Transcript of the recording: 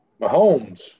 Mahomes